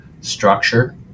structure